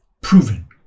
proven